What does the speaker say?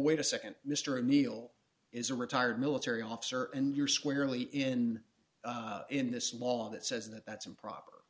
wait a nd mr a meal is a retired military officer and you're squarely in in this law that says that that's improper